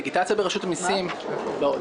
דיגיטציה ברשות המסים ועוד.